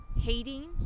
hating